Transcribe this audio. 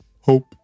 Hope